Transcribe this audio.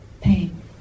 pain